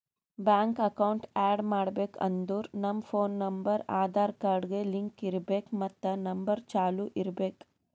bank account add ಮಾಡ್ಬೇಕ್ ಅಂದುರ್ ನಮ್ ಫೋನ್ ನಂಬರ್ ಆಧಾರ್ ಕಾರ್ಡ್ಗ್ ಲಿಂಕ್ ಇರ್ಬೇಕ್ ಮತ್ ನಂಬರ್ ಚಾಲೂ ಇರ್ಬೇಕ್